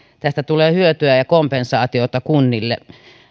tästä tulee hyötyä ja kompensaatiota kunnille